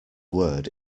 word